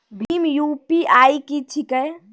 भीम UPI की छीके?